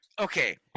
Okay